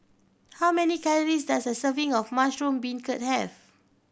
how many calories does a serving of mushroom beancurd have